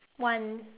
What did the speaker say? one